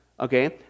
Okay